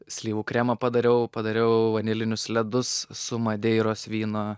slyvų kremą padariau padariau vanilinius ledus su madeiros vyno